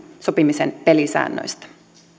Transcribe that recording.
sopimisen pelisäännöistä